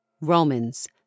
Romans